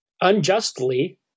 unjustly